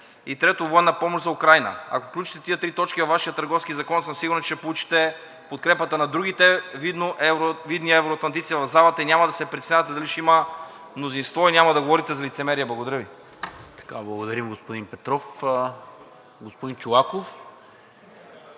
на F16. 3. Военна помощ за Украйна. Ако включите тези три точки във Вашия Търговски закон, съм сигурен, че ще получите подкрепата на другите видни евроатлантици в залата и няма да се притеснявате дали ще има мнозинство и няма да говорите за лицемерие. Благодаря Ви.